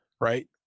right